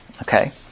Okay